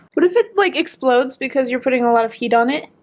what if it like explodes because you're putting a lot of heat on it